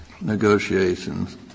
negotiations